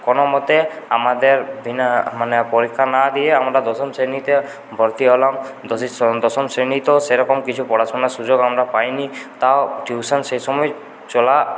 কোনো মতে আমাদের দিনে মানে পরীক্ষা না দিয়ে আমরা দশম শ্রেণীতে ভর্তি হলাম দসি দশম শ্রেণীতেও সেরকম কিছু পড়াশোনার সুযোগ আমরা পাইনি তাও টিউশন সে সময় চলা